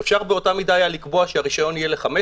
אפשר באותה מידה לקבוע שהרשיון יהיה ל-15